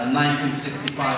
1965